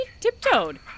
tiptoed